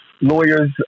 lawyers